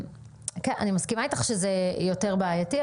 אני מסכימה איתך שזה יותר בעייתי,